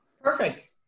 Perfect